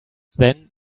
then